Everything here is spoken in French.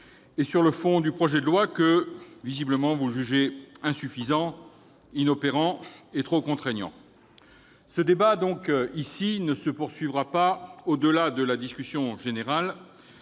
et sur le fond du projet de loi que, visiblement, vous jugez insuffisant, inopérant et trop contraignant. Le débat ne se poursuivra donc pas au-delà de la discussion générale.